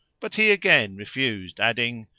but he again refused adding,